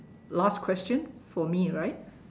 last question for me right